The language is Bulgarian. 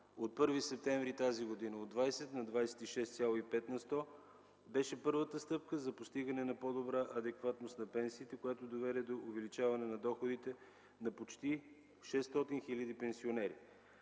от 1 септември тази година, беше първата стъпка за постигане на по-добра адекватност на пенсиите, която доведе до увеличаване на доходите на почти 600 хиляди пенсионери.